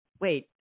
wait